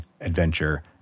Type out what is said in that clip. adventure